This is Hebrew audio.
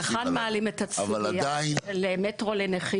אז היכן מעלים את התחנות לנכים?